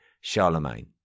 Charlemagne